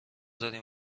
داریم